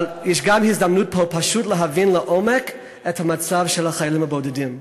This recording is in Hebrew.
אבל יש גם הזדמנות פה פשוט להבין לעומק את המצב של החיילים הבודדים,